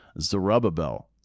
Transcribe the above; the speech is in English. Zerubbabel